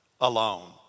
alone